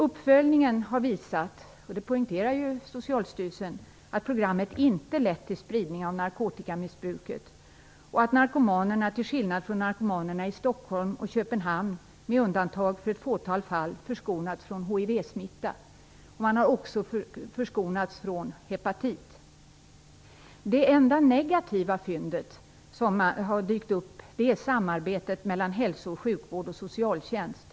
Uppföljningen har visat, vilket Socialstyrelsen poängterar, att programmet inte har lett till en spridning av narkotikamissbruket och att narkomanerna, till skillnad från narkomaner i Stockholm och Köpenhamn - med undantag för ett fåtal fall - förskonats från hivsmitta och också från hepatit. Det enda negativa fynd som dykt upp gäller samarbetet mellan hälso och sjukvården och socialtjänsten.